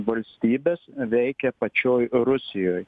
valstybes veikia pačioj rusijoj